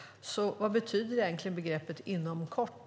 Vad betyder egentligen begreppet "inom kort"?